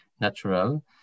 natural